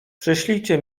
przyślijcie